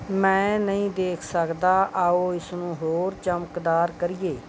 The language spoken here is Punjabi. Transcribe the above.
ਮੈਂ ਨਹੀਂ ਦੇਖ ਸਕਦਾ ਆਓ ਇਸਨੂੰ ਹੋਰ ਚਮਕਦਾਰ ਕਰੀਏ